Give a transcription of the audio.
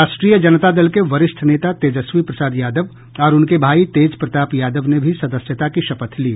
राष्ट्रीय जनता दल के वरिष्ठ नेता तेजस्वी प्रसाद यादव और उनके भाई तेज प्रताप यादव ने भी सदस्यता की शपथ ली